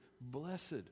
blessed